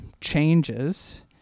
changes